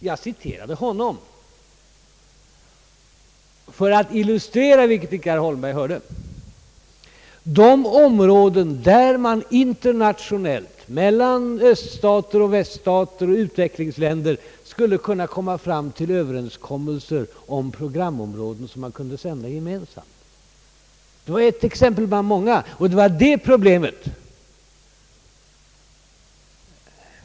Jag citerade honom emellertid för att illustrera — vilket herr Holmberg icke hörde — de områden där man internationellt, mellan öststater och väststater och utvecklingsländer, skulle kunna komma fram till överenskommelser om programområden som man skulle kunna sända gemensamt. Detta var ett exempel bland många, och det var det problemet jag berörde.